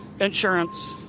Insurance